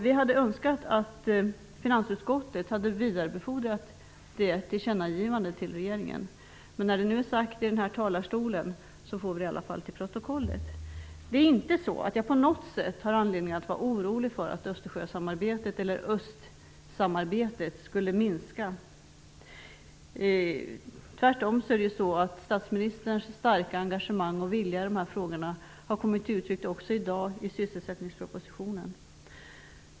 Vi hade önskat att finansutskottet hade vidarebefordrat det tillkännagivandet till regeringen. Men när det nu är sagt i denna talarstol får vi det i alla fall med i protokollet. Jag har inte på något sätt anledning att vara orolig för att Östersjösamarbetet, eller östsamarbetet, skulle minska. Tvärtom har statsministerns starka engagemang och vilja i dessa frågor kommit till uttryck också i dag i sysselsättningspropositionen.